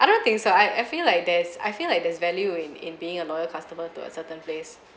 I don't think so I I feel like there's I feel like there's value in in being a loyal customer to a certain place